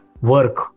work